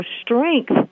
strength